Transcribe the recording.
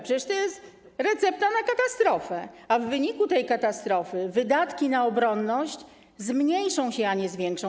Przecież to jest recepta na katastrofę, a w wyniku tej katastrofy wydatki na obronność zmniejszą się, a nie zwiększą.